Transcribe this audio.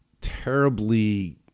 terribly